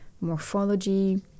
morphology